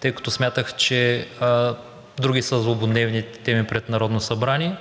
тъй като смятах, че са други злободневните теми пред Народното събрание.